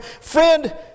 Friend